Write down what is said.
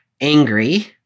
angry